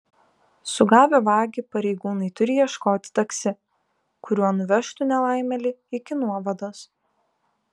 sugavę vagį pareigūnai turi ieškoti taksi kuriuo nuvežtų nelaimėlį iki nuovados